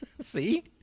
See